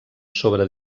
sobre